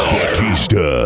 Batista